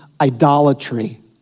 idolatry